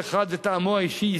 כל אחד וטעמו האישי.